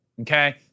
okay